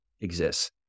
exists